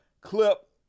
clip